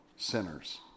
sinners